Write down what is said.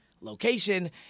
location